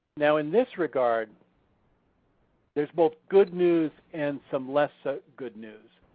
now in this regard there's both good news and some less ah good news.